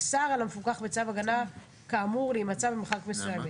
אסר על המפוקח בצו הגנה כאמור להימצא במרחק מסוים ממנו,